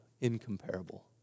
incomparable